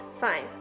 fine